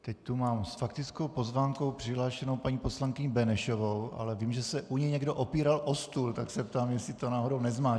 Teď tu mám s faktickou poznámkou přihlášenou paní poslankyni Benešovou, ale vím, že se u ní někdo opíral o stůl, tak se ptám, jestli to náhodou nezmáčknul.